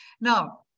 now